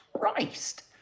Christ